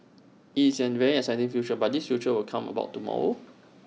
it's A very exciting future but this future will come about tomorrow